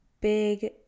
big